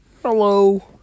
Hello